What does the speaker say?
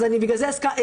אז אני בגלל זה דיברתי.